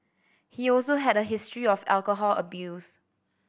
he also had a history of alcohol abuse